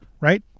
right